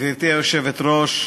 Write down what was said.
גברתי היושבת-ראש,